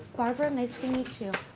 barbara? nice to meet you.